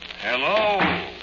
Hello